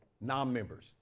non-members